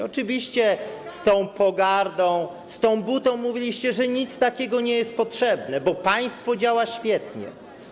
Oczywiście z tą pogardą, z tą butą mówiliście, że nic takiego nie jest potrzebne, bo państwo działa świetnie.